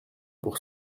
pour